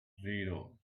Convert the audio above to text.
zero